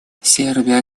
сербия